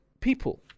people